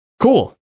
cool